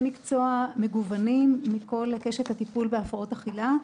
מקצוע מגוונים מכל קשת הטיפול בהפרעות אכילה,